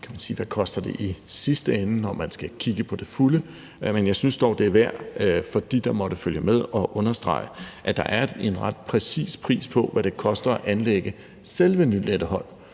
det koster i sidste ende, når man skal kigge på det hele, men jeg synes dog, det er værd for dem, der måtte følge med, at understrege, at der er en ret præcis pris på, hvad det koster at anlægge selve Lynetteholm,